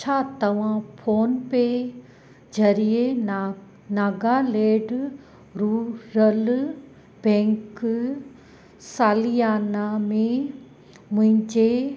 छा तव्हां फोन पे ज़रिए ना नागालेंड रुरल बैंक सालियाना में मुंहिंजे